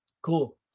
cool